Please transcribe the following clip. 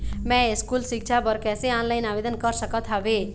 मैं स्कूल सिक्छा बर कैसे ऑनलाइन आवेदन कर सकत हावे?